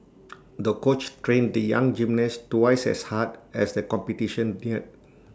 the coach trained the young gymnast twice as hard as the competition neared